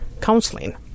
counseling